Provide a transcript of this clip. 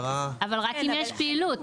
אבל רק אם יש פעילות.